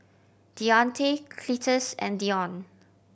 Deante Cletus and Deon